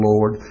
Lord